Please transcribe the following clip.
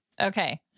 Okay